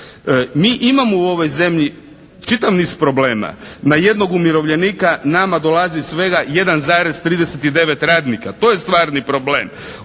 Mi imamo u ovoj zemlji čitav niz problema. Na jednog umirovljenika nama dolazi svega 1,39 radnika. To je stvarni problem.